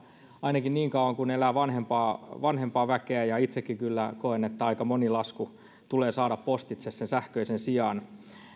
ainakin niin kauan kuin elää vanhempaa vanhempaa väkeä ja itsekin kyllä koen että aika moni lasku tulee saada postitse sen sähköisen sijaan